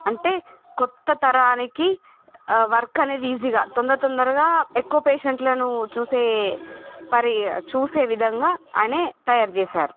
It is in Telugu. అంటే కొత్త తరానికి వర్క్ అనేది ఈజీగా తొందర తొందరగా ఎక్కువ పేషెంట్లను చూసే పరి చూసే విధంగా ఆయన తయారు చేశారు